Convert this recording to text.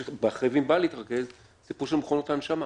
שצריך להתרכז בו הוא הסיפור של מכונות ההנשמה.